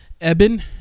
Eben